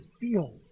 feel